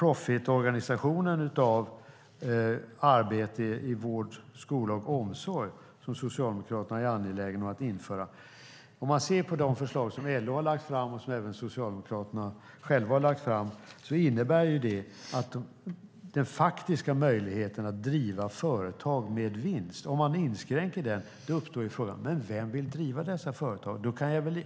Om man ser på de förslag om att inskränka möjligheten att driva företag med vinst som LO har lagt fram, och som även Socialdemokraterna själva har lagt fram och är angelägna om att införa när det gäller non-profit-organisationen av arbetet inom vård, skola och omsorg, uppstår frågan: Vem vill då driva dessa företag?